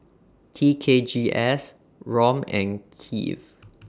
T K G S Rom and Kiv